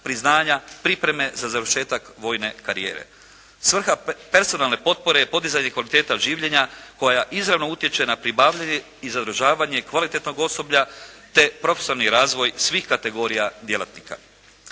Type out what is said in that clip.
priznanja, pripreme za završetak vojne karijere. Svrha personalne potpore je podizanje kvaliteta življenja koja izravno utječe na pribavljanje i zadržavanje kvalitetnog osoblja te profesionalni razvoj svih kategorija djelatnika.